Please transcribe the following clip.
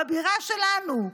בבירה שלנו,